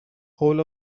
all